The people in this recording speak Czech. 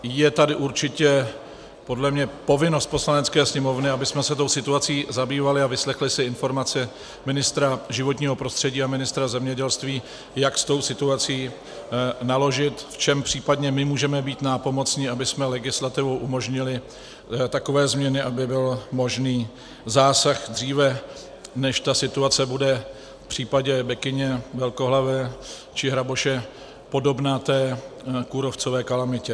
Je tady určitě podle mě povinnost Poslanecké sněmovny, abychom se tou situací zabývali a vyslechli si informace ministra životního prostředí a ministra zemědělství, jak s tou situací naložit, v čem případně my můžeme být nápomocni, abychom legislativou umožnili takové změny, aby byl možný zásah dříve, než ta situace bude v případě bekyně velkohlavé či hraboše podobná té kůrovcové kalamitě.